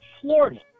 Florida